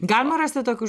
galima rasti tokius